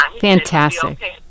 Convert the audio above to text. Fantastic